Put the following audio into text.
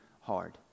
hard